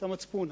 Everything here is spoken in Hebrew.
את המצפון.